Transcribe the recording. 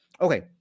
Okay